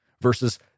versus